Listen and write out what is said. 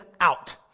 out